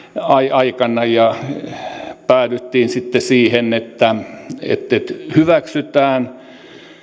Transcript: aikana päädyttiin siihen että että hyväksytään